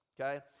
okay